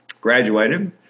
graduated